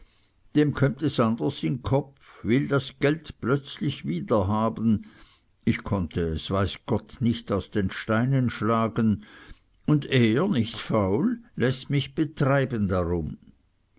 dem kömmt es anders in kopf will das geld plötzlich wiederhaben ich konnte es weiß gott nicht aus den steinen schlagen und er nicht faul läßt mich betreiben darum